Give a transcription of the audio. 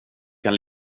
kan